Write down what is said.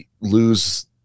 lose